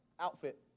Outfit